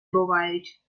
бувають